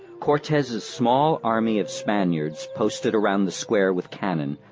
cortes's small army of spaniards, posted around the square with cannon,